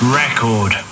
record